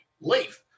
leave